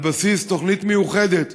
על בסיס תוכנית מיוחדת